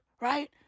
right